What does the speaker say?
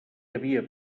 havia